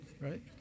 right